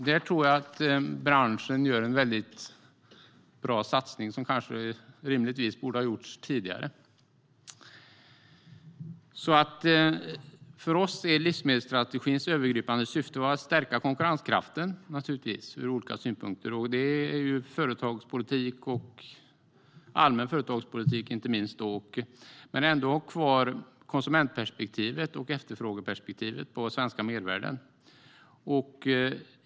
Där tror jag att branschen gör en väldigt bra satsning, som rimligtvis borde ha gjorts tidigare. Livsmedelsstrategins övergripande syfte är naturligtvis att stärka konkurrenskraften ur olika synpunkter. Det handlar inte minst om allmän företagspolitik. Men vi ska ändå ha kvar konsumentperspektivet och efterfrågeperspektivet när det gäller svenska mervärden.